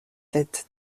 tête